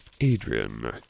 Adrian